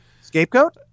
Scapegoat